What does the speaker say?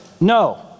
No